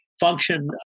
function